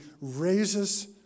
raises